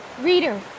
reader